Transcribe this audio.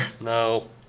No